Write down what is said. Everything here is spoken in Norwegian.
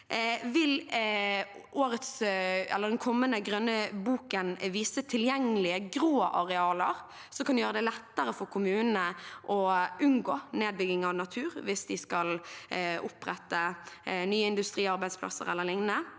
Vil den kommende grønne boken vise tilgjengelige grå arealer, noe som kan gjøre det lettere for kommunene å unngå nedbygging av natur hvis de skal opprette nye industriarbeidsplasser e.l.? Vil